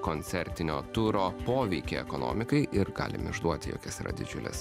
koncertinio turo poveikį ekonomikai ir galim išduoti jog jis yra didžiulis